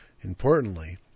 Importantly